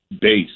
base